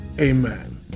Amen